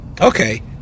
Okay